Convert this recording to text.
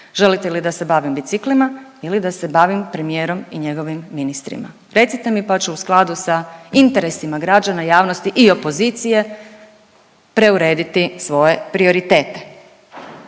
želite li da se bavim biciklima ili da se bavim premijerom i njegovim ministrima, recite mi, pa ću u skladu sa interesima građana, javnosti i opozicije preurediti svoje prioritete.